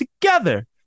together